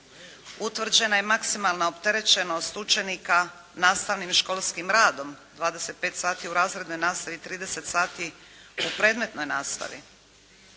Utvrđena je maksimalna opterećenost učenika nastavnim školskim radom, 25 sati u razrednoj nastavi, 30 sati u predmetnoj nastavi.